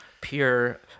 pure